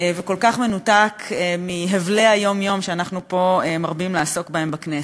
וכל כך מנותק מהבלי היום-יום שאנחנו מרבים לעסוק בהם פה בכנסת.